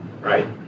right